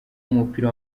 w’umupira